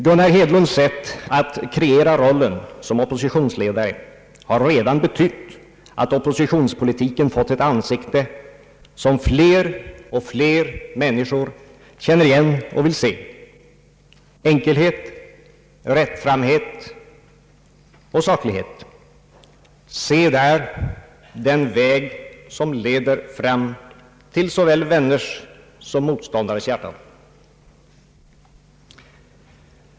Gunnar Hedlunds sätt att kreera rollen som oppositionsledare har redan betytt att oppositionspolitiken fått ett ansikte som fler och fler människor känner igen och vill se. Enkelhet, rättframhet och saklighet — se där den väg som leder fram till såväl vänners som motståndares hjärtan.